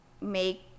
make